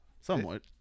somewhat